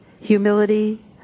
humility